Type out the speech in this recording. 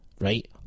right